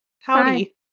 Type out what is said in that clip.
howdy